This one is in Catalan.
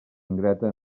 ingrata